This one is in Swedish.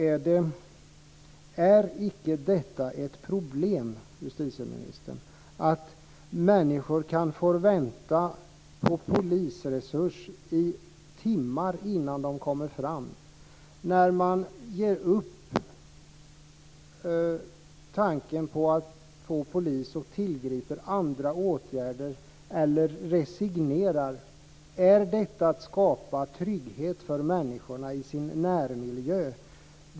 Är det inte ett problem, justitieministern, att människor kan få vänta i timmar på att polisen ska komma, att människor ger upp tanken på att polisen ska komma och i stället tillgriper andra åtgärder eller att de resignerar? Är detta att skapa trygghet för människorna i deras närmiljö?